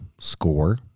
score